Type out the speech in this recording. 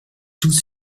tous